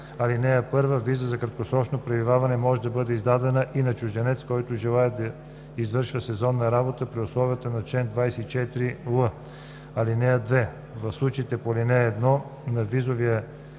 14а. (1) Виза за краткосрочно пребиваване може да бъде издадена и на чужденец, който желае да извършва сезонна работа по условията на чл. 24л. (2) В случаите по ал. 1 на визовия